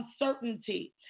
uncertainty